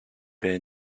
were